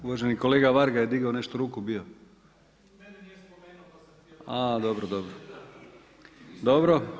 Uvaženi kolega Varga je digao nešto ruku bio. … [[Upadica se ne razumije.]] Dobro.